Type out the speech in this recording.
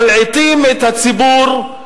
מלעיטים את הציבור,